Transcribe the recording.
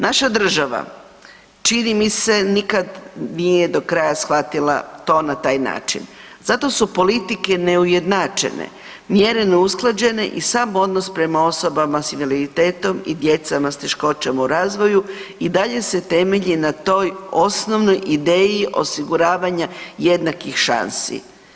Naša država čini mi se nikad nije do kraja shvatila to na taj način zato su politike neujednačene, mjere neusklađene i sam odnos prema osobama s invaliditetom i djecama s teškoćama u razvoju i dalje se temelji na toj osnovnoj ideji osiguravanja jednakih šansi.